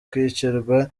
kwicirwa